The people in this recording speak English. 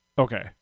okay